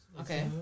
Okay